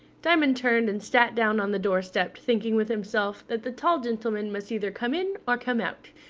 diamond turned and sat down on the doorstep, thinking with himself that the tall gentleman must either come in or come out,